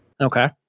Okay